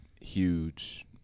huge